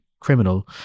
criminal